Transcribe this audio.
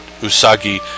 Usagi